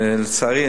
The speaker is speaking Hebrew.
לצערי,